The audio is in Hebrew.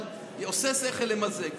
אבל זה עושה שכל למזג.